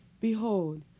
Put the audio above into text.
Behold